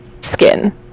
skin